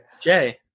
Jay